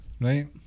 right